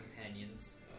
companions